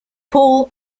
paul